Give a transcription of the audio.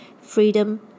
freedom